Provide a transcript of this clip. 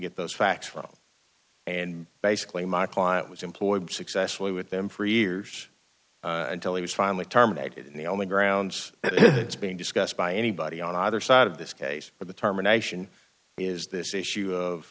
get those facts wrong and basically my client was employed successfully with them for years until he was finally terminated and the only grounds that is being discussed by anybody on either side of this case for the terminations is this issue of